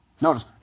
Notice